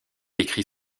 écrit